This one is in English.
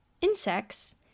insects